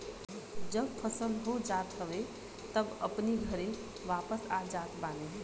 जब फसल हो जात हवे तब अपनी घरे वापस आ जात बाने